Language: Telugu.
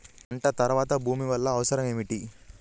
పంట తర్వాత భూమి వల్ల అవసరం ఏమిటి?